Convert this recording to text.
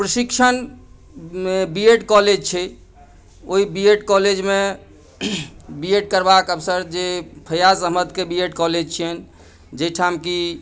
प्रशिक्षण B Ed college छै ओहि बी एड कॉलेज मे बी एड करवाक अवसर जे फैयाज अहमद के बी एड कॉलेज छियनि जाहिठाम की